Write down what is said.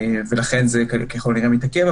ולכן זה ככל הנראה מתעכב.